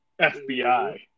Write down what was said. fbi